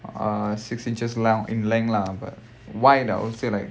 ah six inches long in length lah but wide I would say like